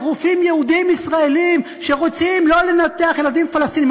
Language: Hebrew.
של רופאים יהודים ישראלים שרוצים לא לנתח ילדים פלסטינים.